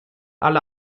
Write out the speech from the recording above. alle